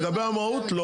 לגבי המהות לא.